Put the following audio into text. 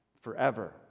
forever